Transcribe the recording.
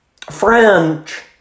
French